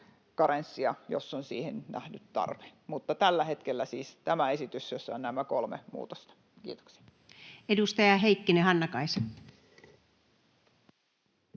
karenssia, jos on siihen nähty tarve. Mutta tällä hetkellä siis tämä esitys, jossa on nämä kolme muutosta. — Kiitoksia. Edustaja Heikkinen, Hannakaisa.